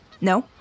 No